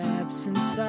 absence